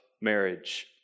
marriage